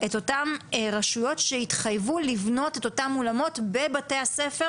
את אותן רשויות שהתחייבו לבנות את אותם אולמות בבתי-הספר